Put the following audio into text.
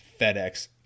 FedEx